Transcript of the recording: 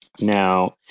Now